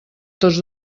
tots